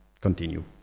continue